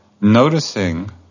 noticing